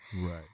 Right